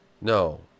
no